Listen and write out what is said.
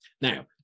now